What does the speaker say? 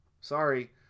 Sorry